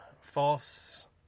false